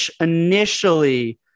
initially